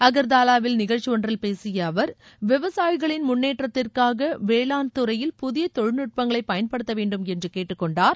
அக்தாவாவில் நிகழ்ச்சி ஒன்றில் பேசிய அவர் விவசாயிகளின் முன்னேற்றத்திற்காக வேளாண் துறையில் புதிய தொழில்நுட்பங்களை பயன்படுத்த வேண்டும் என்று கேட்டுக்கொண்டார்